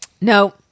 No